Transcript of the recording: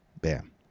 bam